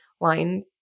line